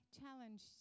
challenge